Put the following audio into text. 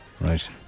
Right